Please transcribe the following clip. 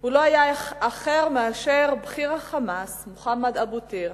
לא היה אחר מאשר בכיר ה"חמאס" מוחמד אבו טיר,